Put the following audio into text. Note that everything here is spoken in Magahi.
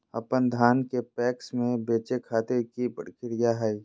अपन धान के पैक्स मैं बेचे खातिर की प्रक्रिया हय?